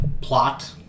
plot